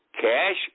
cash